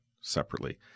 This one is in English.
separately